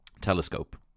telescope